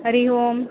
हरिः ओम्